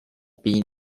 being